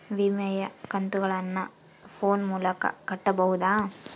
ವಿಮೆಯ ಕಂತುಗಳನ್ನ ಫೋನ್ ಮೂಲಕ ಕಟ್ಟಬಹುದಾ?